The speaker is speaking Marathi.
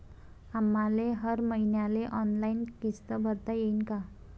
आम्हाले हर मईन्याले ऑनलाईन किस्त भरता येईन का?